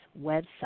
website